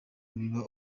biba